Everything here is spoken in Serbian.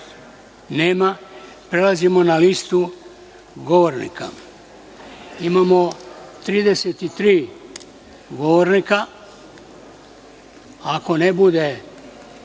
(Nema)Prelazimo na listu govornika. Imamo 33 govornika. Ako ne bude